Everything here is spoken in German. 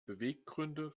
beweggründe